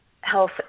health